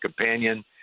companion